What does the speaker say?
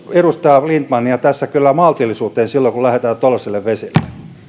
edustaja lindtmania tässä maltillisuuteen silloin kun lähdetään tuollaisille vesille